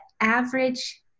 average